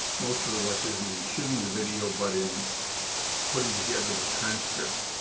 most of the work isn't in shooting the video but in putting together the transcript,